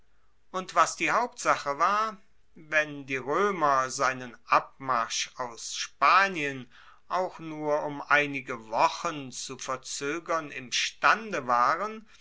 und was die hauptsache war wenn die roemer seinen abmarsch aus spanien auch nur um einige wochen zu verzoegern imstande waren